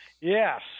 yes